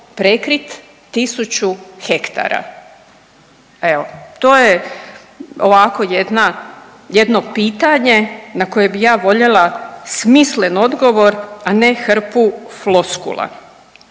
prekrit 1000 hektara, evo to je ovako jedno pitanje na koje bi ja voljela smislen odgovor, a ne hrpu floskula.